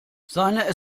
seine